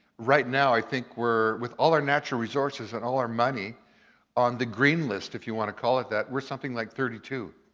right now i think we're, with all our natural resources and all our money on the green list, if you want to call it that, we're something like thirty two.